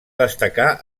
destacar